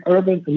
Urban